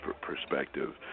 perspective